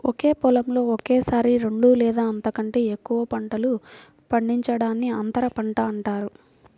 ఒకే పొలంలో ఒకేసారి రెండు లేదా అంతకంటే ఎక్కువ పంటలు పండించడాన్ని అంతర పంట అంటారు